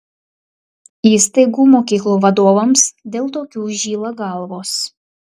įstaigų mokyklų vadovams dėl tokių žyla galvos